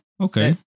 Okay